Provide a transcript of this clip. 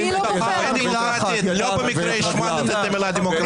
לא במקרה השמטת את המילה "דמוקרטית".